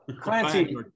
Clancy